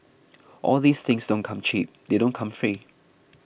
all these things don't come cheap they don't come free